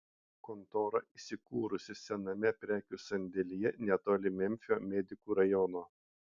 kontora įsikūrusi sename prekių sandėlyje netoli memfio medikų rajono